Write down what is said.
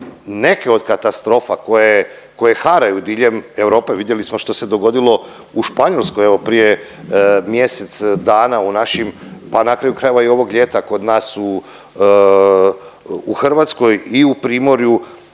neke od katastrofa koje, koje haraju diljem Europe. Vidjeli smo što se dogodilo u Španjolskoj evo prije mjesec dana u našim, pa na kraju krajeva i ovog ljeta kod nas u Hrvatskoj i u Primorju